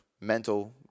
mental